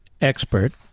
expert